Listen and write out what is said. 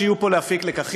כמובן שתהיה פה הפקת לקחים,